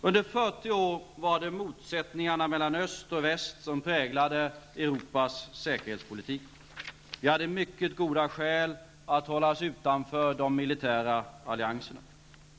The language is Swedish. Under 40 år var det motsättningarna mellan öst och väst som präglade Europas säkerhetspolitik. Vi hade mycket goda skäl att hålla oss utanför de militära allianserna.